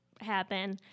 happen